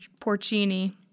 Porcini